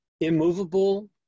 immovable